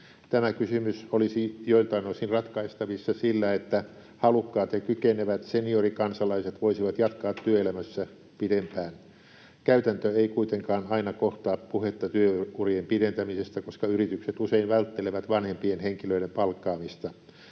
Tämä kysymys olisi joiltain osin ratkaistavissa sillä, että halukkaat ja kykenevät seniorikansalaiset voisivat jatkaa työelämässä pidempään. Käytäntö ei kuitenkaan aina kohtaa puhetta työurien pidentämisestä, koska yritykset usein välttelevät vanhempien henkilöiden palkkaamista.